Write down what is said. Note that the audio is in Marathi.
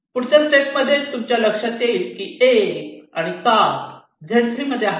पुढच्या स्टेप मध्ये तुमच्या लक्षात येईल की 1 आणि 7 Z 3 आहे